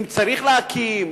לשאלה אם צריך להקים,